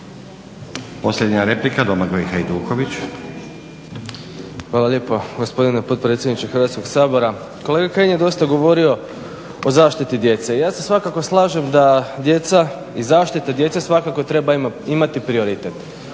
**Hajduković, Domagoj (SDP)** Hvala lijepa gospodine potpredsjedniče Hrvatskoga sabora. Kolega Kajin je dosta govorio o zaštiti djece. Ja se svakako slažem da djeca i zaštita djece svakako treba imati prioritet.